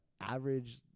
average